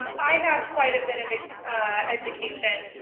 i have quite a bit of education,